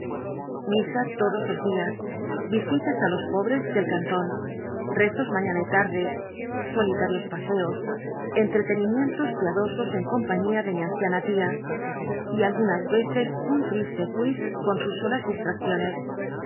misa todos los dias tísitas á los pobres del cantón reaos miiüana y tarde solitarios paseos entretenimientos piadosos en compañía de mi anciana tia y algunas veees un triste wistson sus distracciones